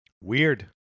weird